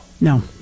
No